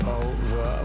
over